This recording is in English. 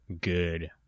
good